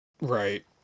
Right